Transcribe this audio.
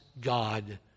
God